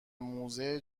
موزه